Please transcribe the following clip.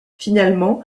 finalement